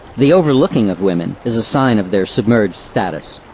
the overlooking of women, is a sign of their submerged status.